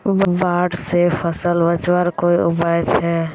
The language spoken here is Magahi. बाढ़ से फसल बचवार कोई उपाय छे?